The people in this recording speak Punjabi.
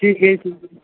ਠੀਕ ਹੈ ਜੀ ਠੀਕ ਹੈ